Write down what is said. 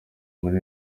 muri